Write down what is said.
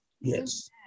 Yes